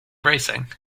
racing